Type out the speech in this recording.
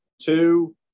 Two